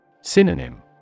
Synonym